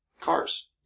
cars